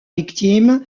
victime